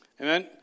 Amen